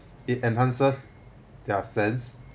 it enhances their sense